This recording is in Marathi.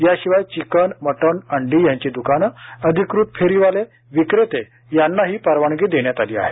याशिवाय चिकन मटन अंडी यांची द्काने अधिकृत फेरीवाले विक्रेते यांना ही परवानगी देण्यात आली आहे